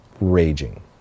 raging